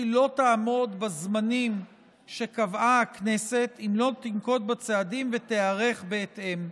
לא תעמוד בזמנים שקבעה הכנסת אם לא תנקוט צעדים ותיערך בהתאם.